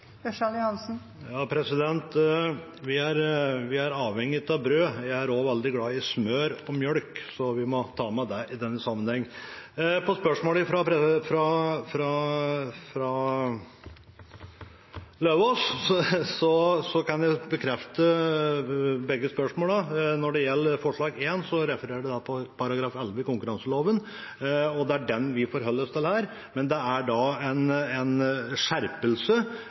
Vi er avhengige av brød – jeg er også veldig glad i smør og mjølk, så vi må ta med det i denne sammenheng. Til spørsmålene fra Løvaas: Jeg kan svare bekreftende på begge. Når det gjelder forslag nr. 1, refererer det til § 11 i konkurranseloven, og det er den vi forholder oss til der, men det er da en skjerpelse eller en